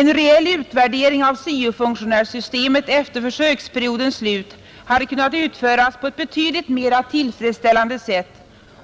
En reell utvärdering av syo-funktionärssystemet efter försöksperiodens slut hade kunnat utföras på ett betydligt mera tillfredsställande sätt